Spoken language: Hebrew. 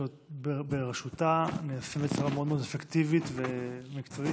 בראשותה נעשים בצורה מאוד מאוד אפקטיבית ומקצועית.